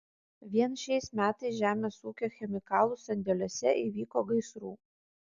vien šiais metais žemės ūkio chemikalų sandėliuose įvyko gaisrų